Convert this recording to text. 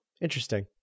Interesting